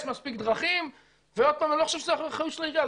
יש מספיק דרכים ואני לא חושב שזה אחריות של העירייה,